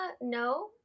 No